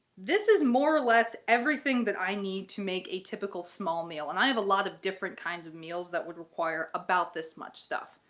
this is more or less everything that i need to make a typical small meal and i have a lot of different kinds of meals that would require about this much stuff.